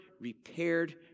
repaired